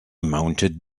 mounted